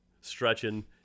stretching